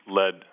led